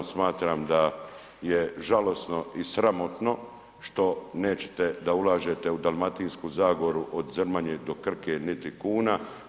Smatram da je žalosno i sramotno što nećete da ulažete u Dalmatinsku zagoru od Zrmanje do Krke niti kuna.